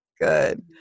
good